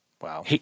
Wow